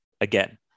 again